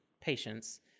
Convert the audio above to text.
patients